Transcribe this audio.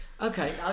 Okay